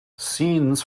scenes